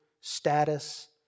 status